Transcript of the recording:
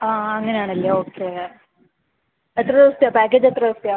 ആ അങ്ങനെ ആണല്ലേ ഓക്കെ എത്ര ദിവസത്തെയാണ് പാക്കേജ് എത്ര ദിവസത്തെയാണ്